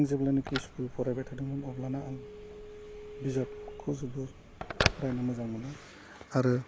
आं जेब्लानाखि स्कुल फरायबाय थादोंमोन अब्लाना आं बिजाबखौ जोबोर फरायनो मोजां मोनो आरो